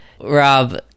Rob